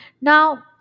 Now